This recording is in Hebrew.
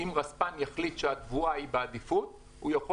אם רספ"ן יחליט שהתבואה בעדיפות גבוהה הוא יכול